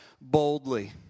boldly